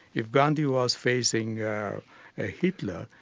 if gandhi was facing ah hitler,